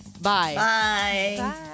Bye